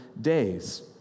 days